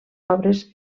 obres